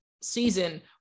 season